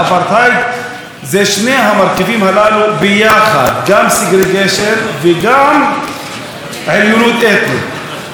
אפרטהייד זה שני המרכיבים הללו ביחד: גם segregation וגם עליונות אתנית.